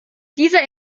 dieser